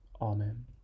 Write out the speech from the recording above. Amen